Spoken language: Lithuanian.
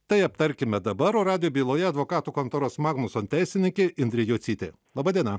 tai aptarkime dabar radijo byloje advokatų kontoros magnuson teisininkė indrė jocytė laba diena